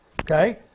okay